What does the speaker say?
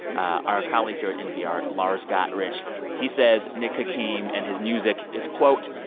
our colleague here at npr, lars gotrich, he says nick hakim and his music is, quote,